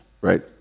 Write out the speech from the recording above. Right